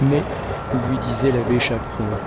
mais lui disait l'abbé chaperon